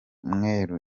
mweru